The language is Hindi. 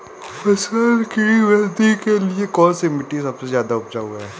फसल की वृद्धि के लिए कौनसी मिट्टी सबसे ज्यादा उपजाऊ है?